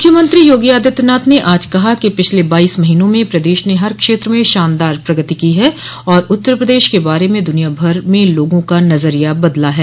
मुख्यमंत्री योगी आदित्यनाथ ने आज कहा कि पिछले बाईस महीनों में प्रदश ने हर क्षेत्र में शानदार प्रगति की है और उत्तर प्रदेश के बारे में दुनिया भर में लोगों का नजरिया बदला है